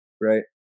right